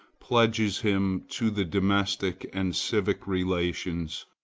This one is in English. pledges him to the domestic and civic relations,